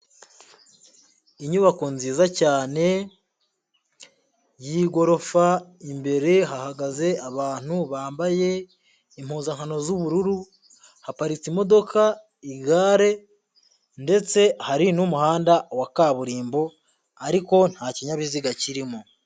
Inyubako nziza cyane y'igorofa, imbere hahagaze abantu bambaye impuzankano z'ubururu, haparitse imodoka, igare ndetse hari n'umuhanda wa kaburimbo ariko nta kinyabiziga kirimo.